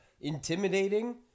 Intimidating